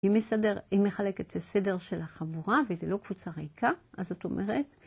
היא מחלקת את הסדר של החבורה, וזה לא קבוצה ריקה, אז זאת אומרת...